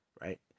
right